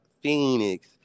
Phoenix